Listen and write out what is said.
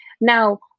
Now